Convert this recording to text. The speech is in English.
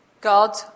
God